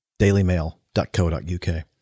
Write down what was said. dailymail.co.uk